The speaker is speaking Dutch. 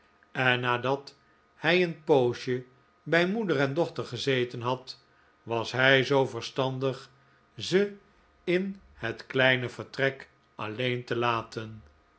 en nadat hij een poosje bij moeder en dochter gezeten had was hij zoo verstandig ze in het kleine vertrek alleen te laten